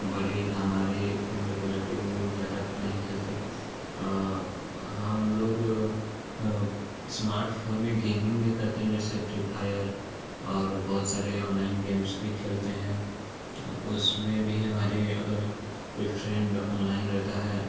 बड़े हमारे उम्र के लड़के वे ज़्यादा नहीं खेलते हम लोग इस्मार्टफ़ोन में गेमिंग भी करते हैं जैसे फ्री फायर और बहुत सारे ऑनलाइन गेम्स भी खेलते हैं उसमें भी हमारे अगर कोई फ़्रेंड ऑनलाइन रहता है